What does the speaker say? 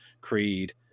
Creed